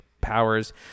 powers